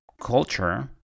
culture